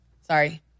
sorry